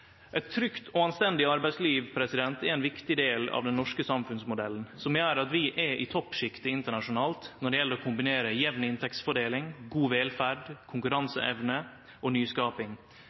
Eit trygt og anstendig arbeidsliv er ein viktig del av den norske samfunnsmodellen, som gjer at vi er i toppsjiktet internasjonalt når det gjeld å kombinere jamn inntektsfordeling, god velferd, konkurranseevne og nyskaping.